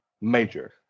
major